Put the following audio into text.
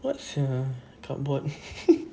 what sia cardboard